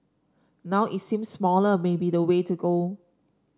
now it seems smaller may be the way to go